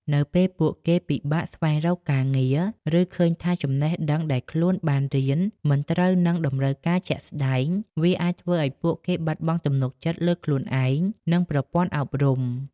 នៅពេលពួកគេពិបាកស្វែងរកការងារ ឬឃើញថាចំណេះដឹងដែលខ្លួនបានរៀនមិនត្រូវនឹងតម្រូវការជាក់ស្តែង វាអាចធ្វើឱ្យពួកគេបាត់បង់ទំនុកចិត្តលើខ្លួនឯង និងប្រព័ន្ធអប់រំ។